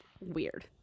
weird